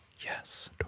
Yes